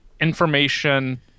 information